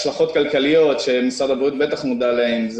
השלכות כלכליות, שמשרד הבריאות בטח מודע להן.